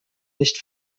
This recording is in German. nicht